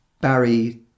barry